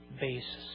basis